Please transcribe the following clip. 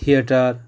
theatre